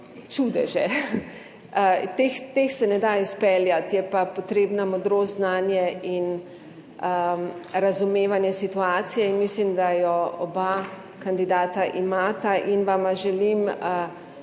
čudeže. Teh se ne da izpeljati, je pa potrebna modrost, znanje in razumevanje situacije in mislim, da jo oba kandidata imata, in vama želim